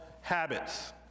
Habits